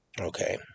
okay